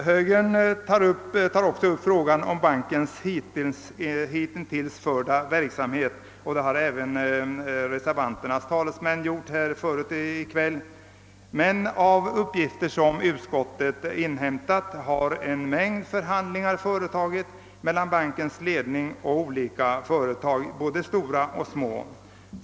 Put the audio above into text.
Högern tar också i sin motion upp frågan om bankens hitintills förda verksamhet, och det har även reservanternas talesmän gjort tidigare i kväll. Enligt uppgifter som utskottet inhämtat har en mängd förhandlingar förts mellan bankens ledning och olika företag, både stora och små.